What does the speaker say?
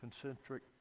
concentric